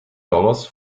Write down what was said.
dollars